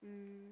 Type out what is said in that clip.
mm